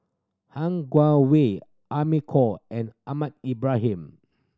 Han Guangwei Amy Khor and Ahmad Ibrahim